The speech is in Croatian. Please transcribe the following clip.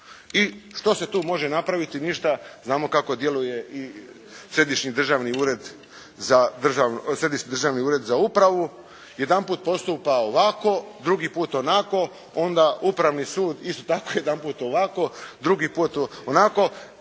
I što se tu može napraviti? Ništa. Znamo kako djeluje i Središnji državni ured za upravu. Jedanput postupa ovako, drugi put onako. Onda Upravni sud isto tako jedanput ovako, drugi put onako.